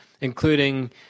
including